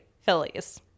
Phillies